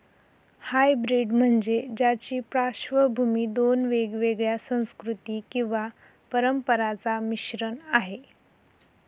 hybrid म्हणजे ज्याची पार्श्वभूमी दोन वेगवेगळ्या संस्कृती किंवा परंपरांचा मिश्रण आहे